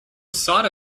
side